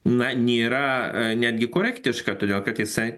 na nėra netgi korektiška todėl kad jisai